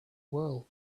world